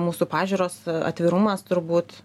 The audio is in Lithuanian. mūsų pažiūros atvirumas turbūt